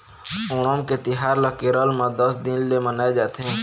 ओणम के तिहार ल केरल म दस दिन ले मनाए जाथे